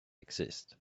exist